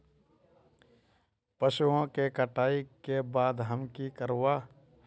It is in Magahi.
पशुओं के कटाई के बाद हम की करवा?